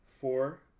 four